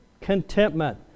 contentment